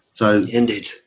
Indeed